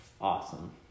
Awesome